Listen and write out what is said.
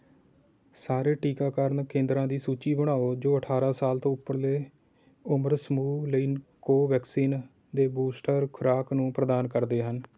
ਸਾਰੇ ਟੀਕਾਕਰਨ ਕੇਂਦਰਾਂ ਦੀ ਸੂਚੀ ਬਣਾਓ ਜੋ ਅਠਾਰ੍ਹਾਂ ਸਾਲ ਤੋਂ ਉਪਰਲੇ ਉਮਰ ਸਮੂਹ ਲਈ ਕੋਵੈਕਸਿਨ ਦੇ ਬੂਸਟਰ ਖੁਰਾਕ ਨੂੰ ਪ੍ਰਦਾਨ ਕਰਦੇ ਹਨ